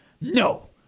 no